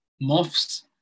Moths